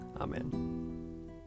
Amen